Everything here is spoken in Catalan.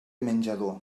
menjador